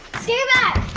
stay back!